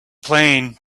playing